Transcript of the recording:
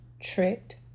tricked